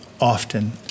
often